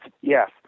Yes